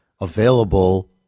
available